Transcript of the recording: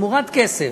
תמורת כסף,